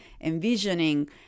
envisioning